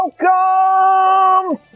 Welcome